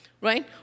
Right